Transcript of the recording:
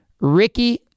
Ricky